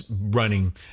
running